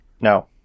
No